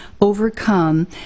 overcome